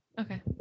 Okay